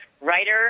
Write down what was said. writer